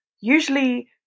usually